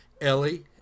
Ellie